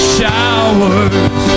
showers